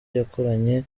yakoranye